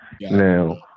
Now